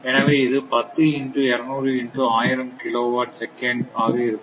எனவே இது 10 into 200 into 1000 kilo watt second ஆக இருக்கும்